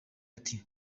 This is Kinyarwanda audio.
ati